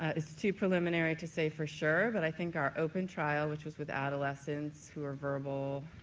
it's too preliminary to say for sure, but i think our open trial, which was with adolescents who were verbal